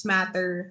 Matter